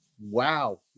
wow